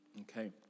Okay